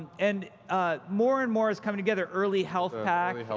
and more and more is coming together. early health pack,